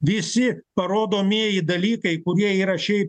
visi parodomieji dalykai kurie yra šiaip